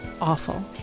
Awful